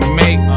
make